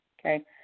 Okay